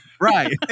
Right